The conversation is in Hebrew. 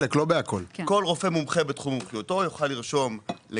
כל רופא מומחה בתחום מומחיותו יוכל לרשום-